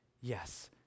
Yes